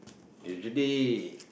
usually